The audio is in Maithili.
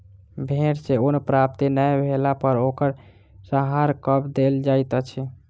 भेड़ सॅ ऊन प्राप्ति नै भेला पर ओकर संहार कअ देल जाइत अछि